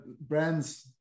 brands